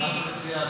מה מציע אדוני?